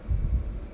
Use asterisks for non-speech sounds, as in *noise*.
*noise*